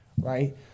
right